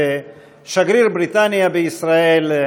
שגריר בריטניה בישראל,